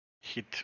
hit